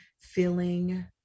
feeling